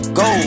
go